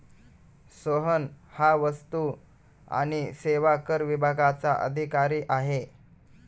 सोहन हा वस्तू आणि सेवा कर विभागाचा अधिकारी आहे